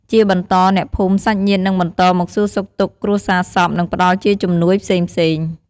ជាបន្ត អ្នកភូមិ សាច់ញាតិ នឹងបន្តមកសួរសុខទុក្ខគ្រួសាររសព និងផ្តល់ជាជំនួយផ្សេងៗ។